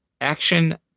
action